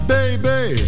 Baby